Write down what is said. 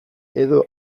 edo